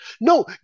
No